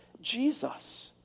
Jesus